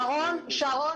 נמצאת אתי על הקו שרון